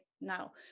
now